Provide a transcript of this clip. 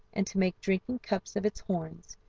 and to make drinking cups of its horns,